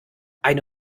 eine